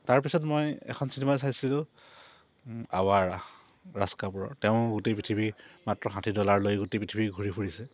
তাৰপিছত মই এখন চিনেমা চাইছিলোঁ আৱাৰা ৰাজ কাপুৰৰ তেওঁ গোটেই পৃথিৱীৰ মাত্ৰ ষাঠি ডলাৰ লৈ গোটেই পৃথিৱী ঘূৰি ফুৰিছে